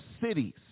cities